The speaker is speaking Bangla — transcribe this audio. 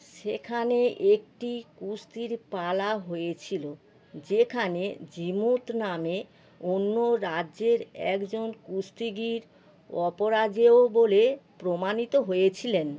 সেখানে একটি কুস্তির পালা হয়েছিলো যেখানে জিমূত নামে অন্য রাজ্যের একজন কুস্তিগীর অপরাজেয় বলে প্রমাণিত হয়েছিলেন